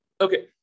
Okay